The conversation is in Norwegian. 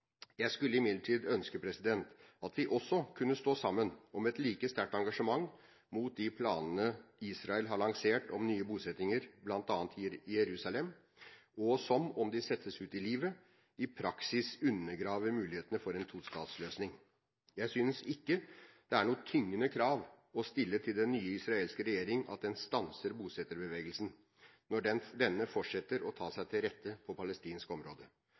Jeg skulle imidlertid ønske at vi også kunne stå sammen om et like sterkt engasjement mot de planene Israel har lansert om nye bosetninger, bl.a. i Jerusalem, som – om de settes ut i livet – i praksis undergraver mulighetene for en tostatsløsning. Jeg synes ikke det er noe tyngende krav å stille til den nye israelske regjering at den stanser bosetterbevegelsen når denne fortsetter å ta seg til rette på palestinsk område.